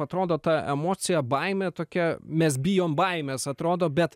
atrodo ta emocija baimė tokia mes bijom baimės atrodo bet